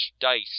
Dice